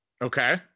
okay